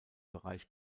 bereich